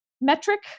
metric